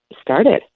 started